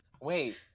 wait